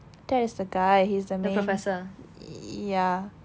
ted is the guy he's the main ya